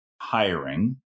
hiring